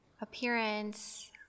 appearance